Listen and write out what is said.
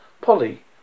Polly